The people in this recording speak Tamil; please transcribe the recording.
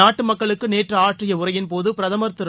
நாட்டு மக்களுக்கு நேற்று ஆற்றிய உரையின்போது பிரதமர் திரு